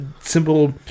simple